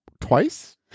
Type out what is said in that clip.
Twice